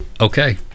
Okay